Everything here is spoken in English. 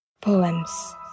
Poems